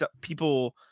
people